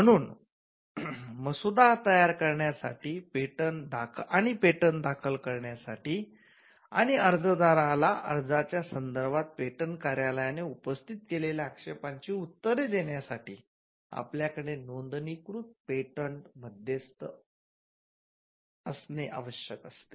म्हणून मसुदा तयार करण्यासाठी आणि पेटंट दाखल करण्यासाठी आणि अर्जदारला अर्जाच्या संदर्भात पेटंट कार्यालयाने उपस्थित केलेल्या आक्षेपांची उत्तरे देण्यासाठी आपल्याकडे नोंदणीकृत पेटंट मध्यस्थ असणे आवश्यक असते